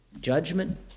judgment